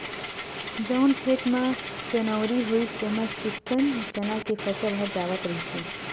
जउन खेत म चनउरी होइस ओमा चिक्कन चना के फसल ह जावत रहिथे